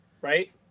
right